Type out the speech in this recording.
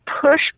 push